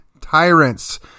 tyrants